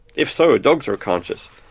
if so, dogs are conscious.